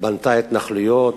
בנתה התנחלויות,